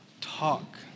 talk